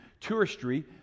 touristy